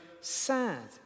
sad